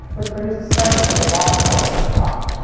which produced stripes of the wrong color on a copy.